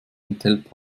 enthält